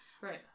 Right